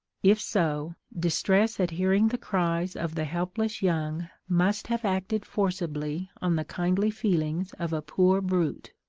if so, distress at hearing the cries of the helpless young must have acted forcibly on the kindly feelings of a poor brute,